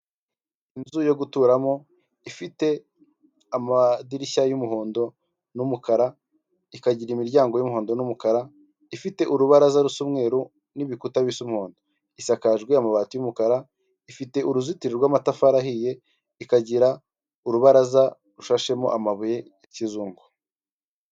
Inzu yo guturamo ifite amadirishya y'umuhondo n'umukara ikagira imiryango y'umuhondo n'umukara ifite urubarazaru'umweru n'ibikuta bisa umuhondo, isakaje amabati y'umukara ifite uruzitiro rw'amatafari ahiye ikagira urubaraza rushashemo amabuye ya kizungu.